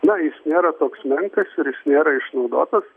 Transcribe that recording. na jis nėra toks menkas ir jis nėra išnaudotas